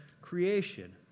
creation